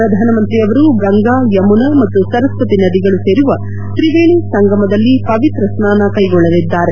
ಪ್ರಧಾನಮಂತ್ರಿಯವರು ಗಂಗಾ ಯಮುನಾ ಮತ್ತು ಸರಸ್ವತಿ ನದಿಗಳು ಸೇರುವ ತ್ರಿವೇಣಿ ಸಂಗಮದಲ್ಲಿ ಪವಿತ್ರಸ್ನಾನ ಕೈಗೊಳ್ಳಲಿದ್ದಾರೆ